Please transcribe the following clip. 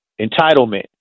entitlement